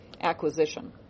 acquisition